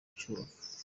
cyubaka